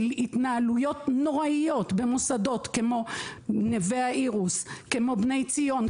התנהלות נוראית במוסדות כמו נווה האירוס ובני ציון,